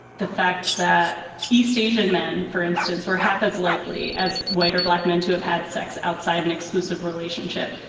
the fact that east asian men, for instance, were half as likely as white or black men to have had sex outside an exclusive relationship.